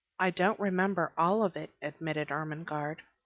i don't remember all of it, admitted ermengarde.